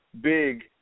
big